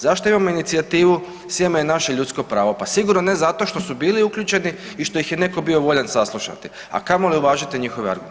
Zašto imamo inicijativu „Sjeme je naše ljudsko pravo“? pa sigurno ne zato što su bili uključeni i što ih je netko bio voljan saslušati, a kamoli uvažiti njihove argumente.